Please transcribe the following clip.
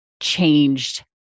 changed